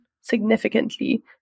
significantly